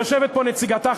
יושבת פה נציגתה,